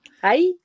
hi